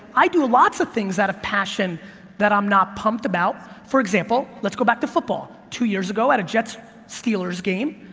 i do lots of things out of passion that i'm not pumped about, for example, let's go back to football, two years ago, at a jets-steelers game,